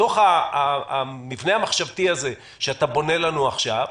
בתוך המבנה המחשבתי הזה שאתה בונה לנו עכשיו,